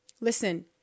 Listen